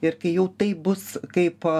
ir kai jau tai bus kaip